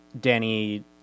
Danny